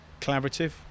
collaborative